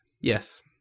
Yes